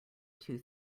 two